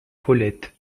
paulette